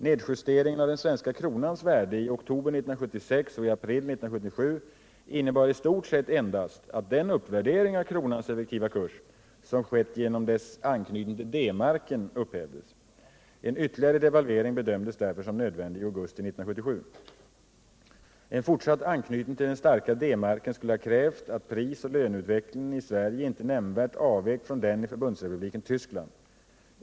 Nedjusteringen av den svenska kronans värde i oktober 1976 och i april 1977 innebar i stort sett endast att den omvärdering av kronans effektiva kurs som skett genom dess anknytning till D-marken upphävdes. En ytterligare devalvering bedömdes därför som nödvändig i augusti 1977. En fortsatt anknytning till den starka D-marken skulle ha krävt att prisoch löneutvecklingen i Sverige inte nämnvärt avvek från den i Förbundsre publiken Tyskland.